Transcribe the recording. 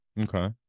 Okay